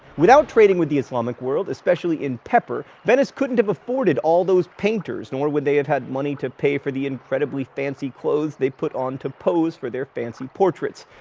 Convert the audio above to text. without trading with the islamic world, especially in pepper, venice couldn't have afforded all those painters, nor would they have had money to pay for the incredibly fancy clothes they put on to pose for their fancy portraits.